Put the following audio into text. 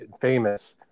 famous